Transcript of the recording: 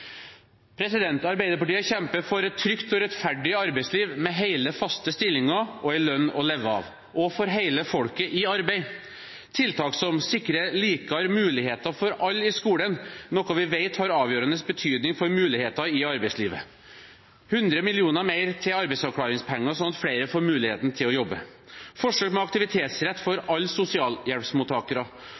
Arbeiderpartiet kjemper for et trygt og rettferdig arbeidsliv med hele, faste stillinger og en lønn å leve av, for hele folket i arbeid og tiltak som sikrer likere muligheter for alle i skolen, noe vi vet har avgjørende betydning for muligheter i arbeidslivet. Vi ønsker 100 000 mill. kr mer til arbeidsavklaringspenger, sånn at flere får muligheten til å jobbe, forsøk med aktivitetsrett for alle sosialhjelpsmottakere,